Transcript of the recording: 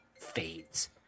fades